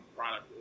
product